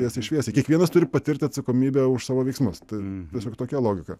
tiesiai šviesiai kiekvienas turim patirti atsakomybę už savo veiksmus tai tiesiog tokia logika